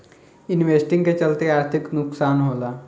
investing के चलते आर्थिक नुकसान होला